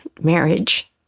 marriage